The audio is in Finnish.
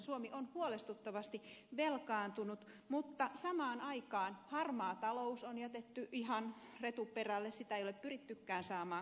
suomi on huolestuttavasti velkaantunut mutta samaan aikaan harmaa talous on jätetty ihan retuperälle sitä ei ole pyrittykään saamaan kuriin